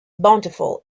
bountiful